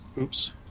Oops